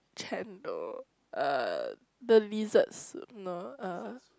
chendol uh the lizard soup no uh